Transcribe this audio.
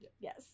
Yes